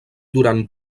durant